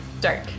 dark